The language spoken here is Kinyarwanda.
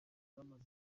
bamaze